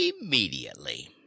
immediately